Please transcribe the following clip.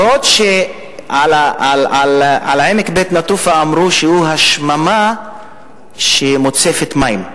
אף-על-פי שעל עמק בית-נטופה אמרו שהוא השממה שמוצפת מים,